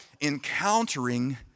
encountering